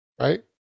right